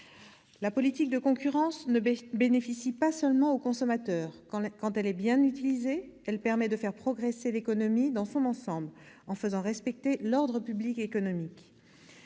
La politique de concurrence ne bénéficie pas seulement au consommateur : quand elle est bien utilisée, elle permet de faire progresser l'économie dans son ensemble, en faisant respecter l'ordre public économique.